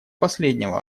последнего